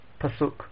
Pasuk